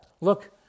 look